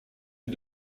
est